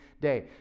day